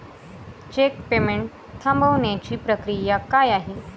Check payment थांबवण्याची प्रक्रिया काय आहे?